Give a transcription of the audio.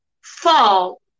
fall